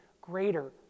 greater